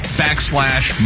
backslash